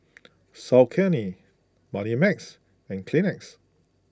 Saucony Moneymax and Kleenex